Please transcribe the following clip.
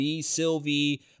Sylvie